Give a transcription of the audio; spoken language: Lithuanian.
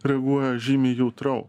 reaguoja žymiai jautriau